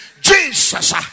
Jesus